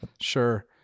Sure